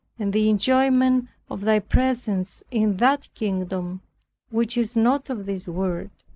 and the enjoyment of thy presence in that kingdom which is not of this world.